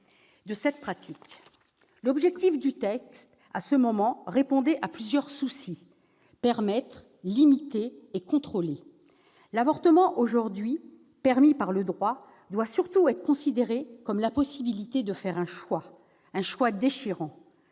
cette pratique ? L'objectif des auteurs du texte répondait alors à plusieurs soucis : permettre, limiter et contrôler. L'avortement, aujourd'hui permis par le droit, doit surtout être considéré comme la possibilité de faire un choix. Un choix déchirant.